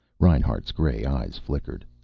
reinhart's gray eyes flickered.